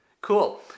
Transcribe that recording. cool